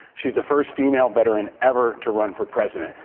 she's the first female veteran ever to run for president.